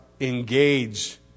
engage